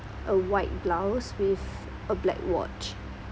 a white blouse with a black watch